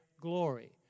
glory